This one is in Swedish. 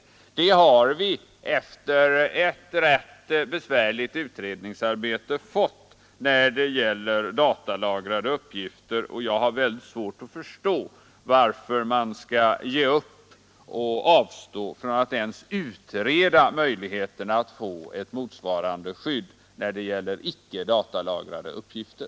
Sådana regler har vi efter ett rätt besvärligt utredningsarbete fått när det gäller datalagrade uppgifter, och jag har mycket svårt att förstå varför man skall ge upp och inte utreda möjligheterna att få ett motsvarande skydd också när det gäller icke datalagrade uppgifter.